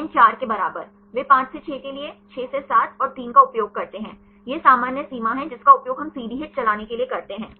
n 4 के बराबर वे 5 से 6 के लिए 6 से 7 और 3 का उपयोग करते हैं यह सामान्य सीमा है जिसका उपयोग हम CD HIT चलाने के लिए करते हैं